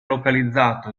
localizzato